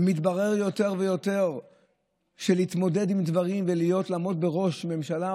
ומתברר יותר ויותר שלהתמודד עם דברים ולעמוד בראשות ממשלה,